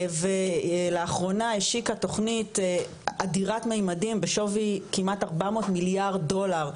ולאחרונה השיקה תוכנית אדירת ממדים בשווי כמעט 400 מיליארד דולר,